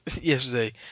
yesterday